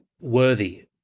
worthy